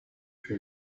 für